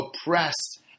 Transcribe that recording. oppressed